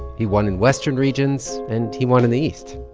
he won in western regions, and he won in the east.